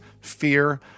fear